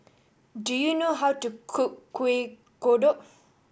do you know how to cook Kueh Kodok